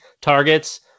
targets